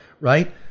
Right